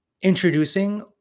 introducing